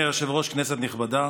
אדוני היושב-ראש, כנסת נכבדה,